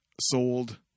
sold